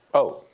oh,